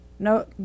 No